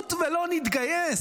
נמות ולא נתגייס.